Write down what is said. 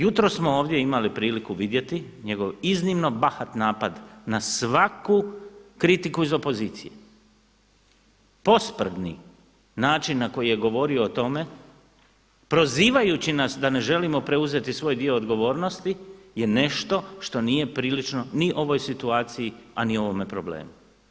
Jutros smo ovdje imali priliku vidjeti njegov iznimno bahat napad na svaku kritiku iz opozicije, posprdni način na koji je govorio o tome prozivajući nas da ne želimo preuzeti svoj dio odgovornosti je nešto što nije prilično ni ovoj situaciji, a ni ovome problemu.